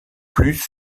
plus